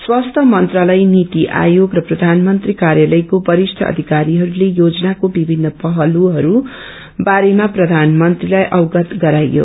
स्वास्थि मन्त्रालय नीति आयोग र प्रधानमन्त्री कार्यालयको वरिष्ठ अधिकारीहरूले योजनाको विभिन्न पलहरू बारेमा प्रधानमन्त्रीलाई अवगत गराइयो